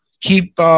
Keep